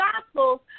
Gospels